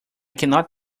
cannot